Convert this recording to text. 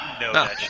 No